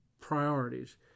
priorities